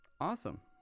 Awesome